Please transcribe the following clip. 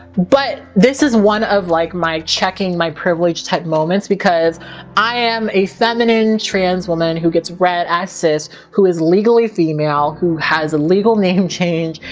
but this is one of like my checking my privilege type of moments because i am a feminine trans woman who gets read as cis, who is legally female, who has a legal name change.